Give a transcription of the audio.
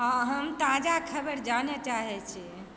हँ हम ताजा खबर जानय चाहैत छी